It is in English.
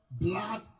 blood